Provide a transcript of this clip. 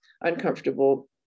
uncomfortable